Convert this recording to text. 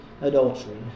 adultery